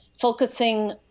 focusing